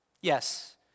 Yes